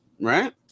right